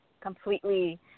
completely